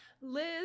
Liz